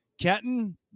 Kenton